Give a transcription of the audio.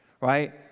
right